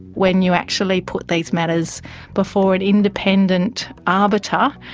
when you actually put these matters before an independent arbiter,